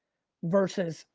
versus,